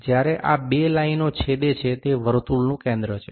જ્યારે આ બે લાઇનો છેદે છે તે વર્તુળનું કેન્દ્ર છે